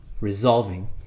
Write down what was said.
resolving